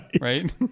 right